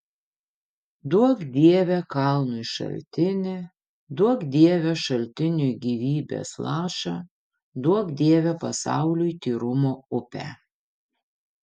duok dieve kalnui šaltinį duok dieve šaltiniui gyvybės lašą duok dieve pasauliui tyrumo upę